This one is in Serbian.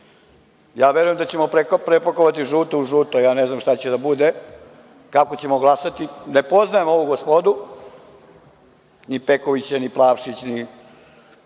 Ja verujem da ćemo prepakovati žuto u žuto. Ne znam šta će da bude, kako ćemo glasati, ne poznajem ovu gospodu, ni Pekovića, ni Plavšića ni